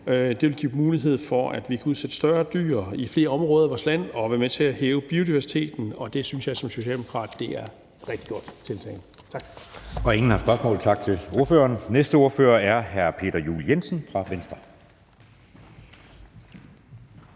Det vil give mulighed for, at vi kan udsætte større dyr i flere områder af vores land og være med til at hæve biodiversiteten, og det synes jeg som socialdemokrat er et rigtig godt tiltag. Tak. Kl. 13:09 Anden næstformand (Jeppe Søe): Der er ingen korte bemærkninger. Tak til ordføreren. Den næste ordfører er hr. Peter Juel-Jensen fra Venstre.